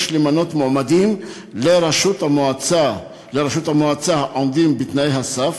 יש למנות מועמדים לראשות המועצה העומדים בתנאי הסף,